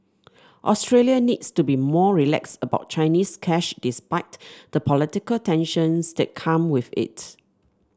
Australia needs to be more relaxed about Chinese cash despite the political tensions that come with it